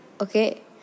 okay